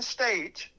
State